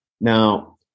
Now